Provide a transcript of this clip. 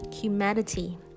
humanity